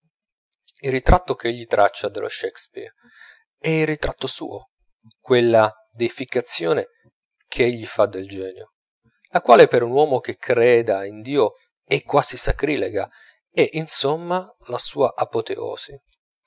il ritratto ch'egli traccia dello shakespeare è il ritratto suo quella deificazione che egli fa del genio la quale per un uomo che creda in dio è quasi sacrilega è insomma la sua apoteosi